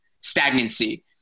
stagnancy